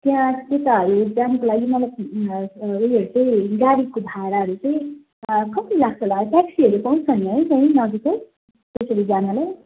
त्यहाँ त्यताहरू जानुको लागि उयोहरू चाहिँ गाडीको भाडाहरू चाहिँ कति लाग्छ होला ट्याक्सीहरू पाउँछ नि है त्यहीँ नजिकै जानलाई